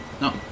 No